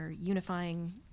unifying